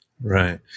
right